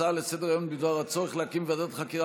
הצעה לסדר-היום בדבר הצורך להקים ועדת חקירה